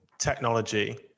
technology